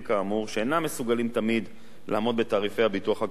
שאינם מסוגלים תמיד לעמוד בתעריפי הביטוח הגבוהים,